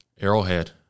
Arrowhead